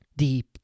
Deep